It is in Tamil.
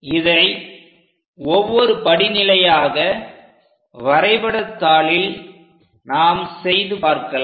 இதை ஒவ்வொரு படிநிலையாக வரைபடத்தாளில் நாம் செய்து பார்க்கலாம்